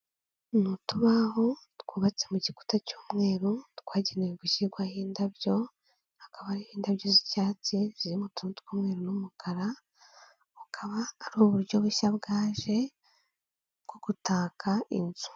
Ni utubaho twubatse mu gikuta cy'umweru twagenewe gushyirwaho indabyo, hakaba hariho indabyo z'icyatsi ziriri mu tuntu tw'umweru n'umukara, akaba ari uburyo bushya bwaje, bwo gutaka inzu.